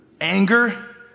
anger